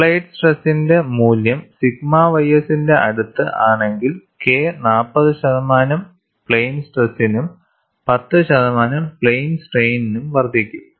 applied സ്ട്രെസ്സിന്റെ മൂല്യം sigma ys ന്റെ അടുത്ത് ആണെങ്കിൽ K 40 ശതമാനം പ്ലെയിൻ സ്ട്രെസിനും 10 ശതമാനം പ്ലെയിൻ സ്ട്രെയിനും വർദ്ധിക്കും